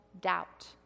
doubt